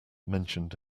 mentioned